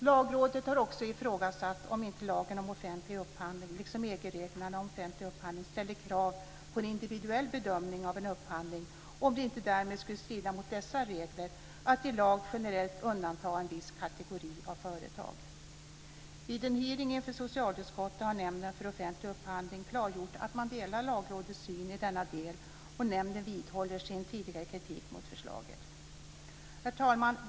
Lagrådet har också ifrågasatt om inte lagen om offentlig upphandling, liksom EG-reglerna om offentlig upphandling, ställer krav på en individuell bedömning av en upphandling och om det inte därmed skulle strida mot dessa regler att i lag generellt undanta en viss kategori av företag. Vid en hearing inför socialutskottet har Nämnden för offentlig upphandling klargjort att den delar Lagrådets syn i denna del. Nämnden vidhåller sin tidigare kritik mot förslaget. Herr talman!